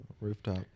Rooftop